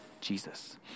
Jesus